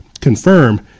confirm